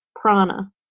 prana